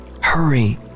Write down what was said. Hurry